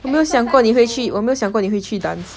我没有想过你会去 dance